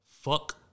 fuck